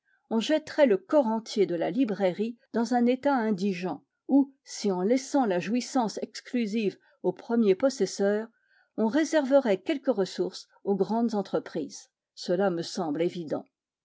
on jetterait le corps entier de la librairie dans un état indigent ou si en laissant la jouissance exclusive aux premiers possesseurs on réserverait quelques ressources aux grandes entreprises cela me semble évident